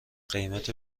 قیمت